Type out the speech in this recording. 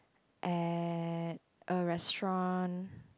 at a restaurant